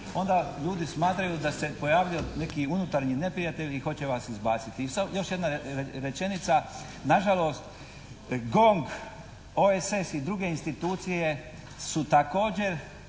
onda ljudi smatraju da se pojavio neki unutarnji neprijatelj i hoće vas izbaciti. I još jedna rečenica. Nažalost GONG, OESS i druge institucije su također